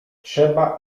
trzeba